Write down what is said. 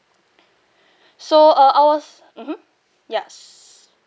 so uh I was mmhmm yes